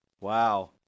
Wow